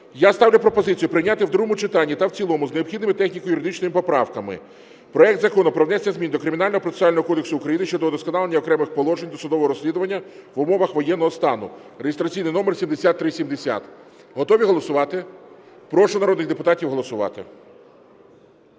я ставлю пропозицію прийняти в другому читанні та в цілому з необхідними техніко-юридичними поправками проект Закону про внесення змін до Кримінального процесуального кодексу України щодо удосконалення окремих положень досудового розслідування в умовах воєнного стану (реєстраційний номер 7370). Готові голосувати? Прошу народних депутатів голосувати.